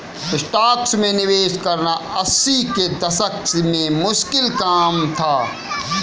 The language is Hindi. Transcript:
स्टॉक्स में निवेश करना अस्सी के दशक में मुश्किल काम था